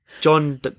John